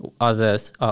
others